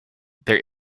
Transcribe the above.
there